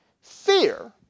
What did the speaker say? Fear